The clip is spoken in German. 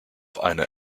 eine